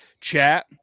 chat